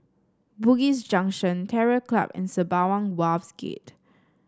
Bugis Junction Terror Club and Sembawang Wharves Gate